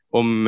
om